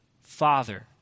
father